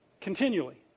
Continually